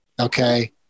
Okay